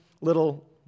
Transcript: little